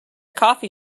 coffee